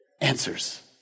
Answers